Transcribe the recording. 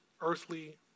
earthly